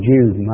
Jude